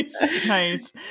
Nice